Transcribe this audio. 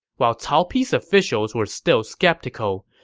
while cao pi's officials were still skeptical,